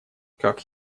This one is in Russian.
как